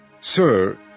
Sir